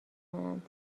کنند